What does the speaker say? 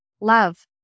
love